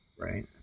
Right